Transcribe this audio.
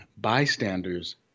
Bystanders